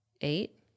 eight